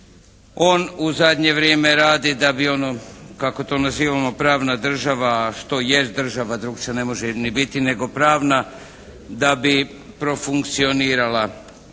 on u zadnje vrijeme radi da bi ono kako to nazivamo pravna država, a što jest država drukčije ne može ni biti nego pravna, da bi profunkcionirala